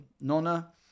nonna